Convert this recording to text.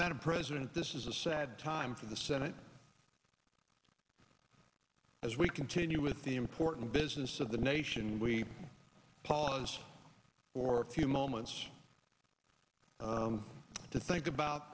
better president this is a sad time for the senate district as we continue with the important business of the nation we pause for a few moments to think about